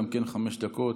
חמש דקות.